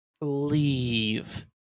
leave